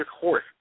horse